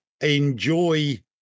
enjoy